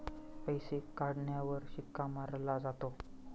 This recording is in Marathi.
पैसे काढण्यावर शिक्का मारला जातो